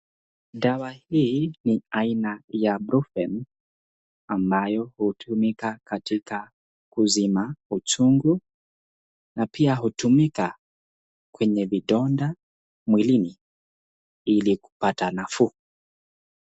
Dawa hii ni aina ya brufen ambayo hutumika katika kuzima uchungu na pia hutumika kwenye vidonda mwilini ili kupata nafuu.